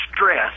stress